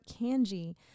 Kanji